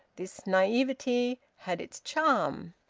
this naivete had its charm.